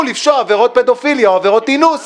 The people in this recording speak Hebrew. לעשות עבירות פדופיליה או עבירות אינוס.